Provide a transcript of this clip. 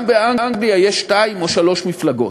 גם באנגליה יש שתיים או שלוש מפלגות,